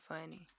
funny